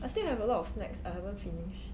I still have a lot of snacks I haven't finish